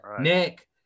nick